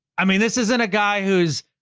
i mean this isn't a guy who's,